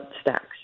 Stacks